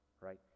right